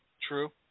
True